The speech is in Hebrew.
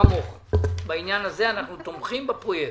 בעניין הזה אנחנו תומכים בפרויקט.